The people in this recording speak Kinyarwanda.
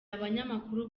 abanyamakuru